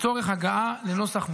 לצורך הגעה לנוסח מוסכם.